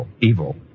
evil